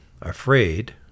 afraid